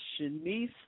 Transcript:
Shanice